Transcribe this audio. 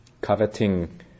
coveting